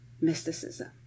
mysticism